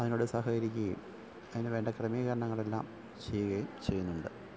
അതിനോട് സഹകരിക്കുകയും അതിനു വേണ്ട ക്രമീകരണങ്ങൾ എല്ലാം ചെയ്യുകയും ചെയ്യുന്നുണ്ട്